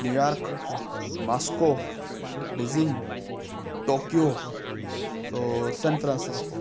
New York Moscow Beijing Tokyo San Francisco